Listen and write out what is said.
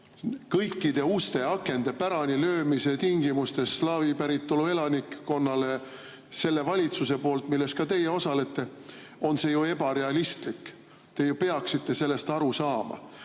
kõikide uste-akende pärani löömise tingimustes slaavi päritolu elanikkonnale selle valitsuse poolt, milles ka teie osalete, on see ju ebarealistlik. Te ju peaksite sellest aru saama.